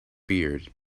beard